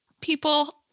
people